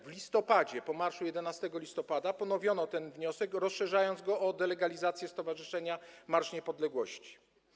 W listopadzie, po marszu z 11 listopada, ponowiono ten wniosek, rozszerzając go o delegalizację Stowarzyszenia Marsz Niepodległości.